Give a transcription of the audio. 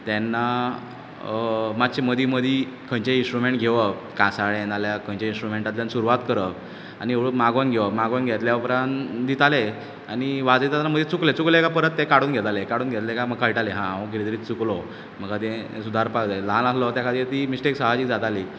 तेन्ना मातशी मदीं मदीं खंयचे इनस्ट्रुमेंट घेवप कासाळें नाजाल्यार खंयचें इनस्ट्रुमेंटातल्यान सुरवात करप आनी हळू मागोन घेवप मागोन घेतल्या उपरांत दिताले आनी वाजयताना मदीं चुकले चुकले काय परत ते काडून घेताले काडून घेतलें कांय मागीर कळटालें हां हांव कितें तरी चुकलो म्हाका तें सुदारपा जाय ल्हान आसलो त्या खातीर म्हणून ती मिस्टेक साहजीक जाताली